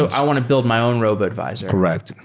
i want to build my own robo advisor correct.